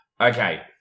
Okay